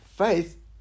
Faith